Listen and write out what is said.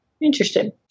Interesting